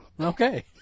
Okay